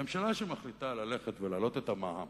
ממשלה שמחליטה ללכת ולהעלות את המע"מ